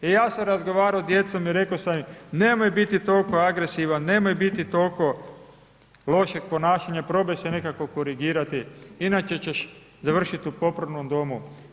Ja sam razgovarao sa djecom i rekao sam im, nemoj biti toliko agresivan, nemoj biti toliko lošeg ponašanja, probaj se nekako korigirati, inače ćeš završiti u popravnom domu.